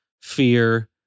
fear